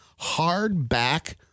hardback